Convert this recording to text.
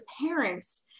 parents